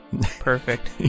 Perfect